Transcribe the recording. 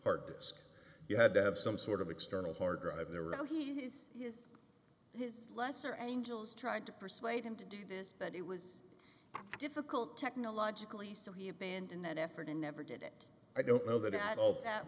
hard disk you had to have some sort of external hard drive there were his his his lesser angels tried to persuade him to do this but he was difficult technologically so he abandoned that effort and never did it i don't know that at all